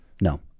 no